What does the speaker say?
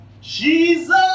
Jesus